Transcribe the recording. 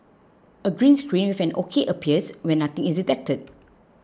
a green screen with an O K appears when nothing is detected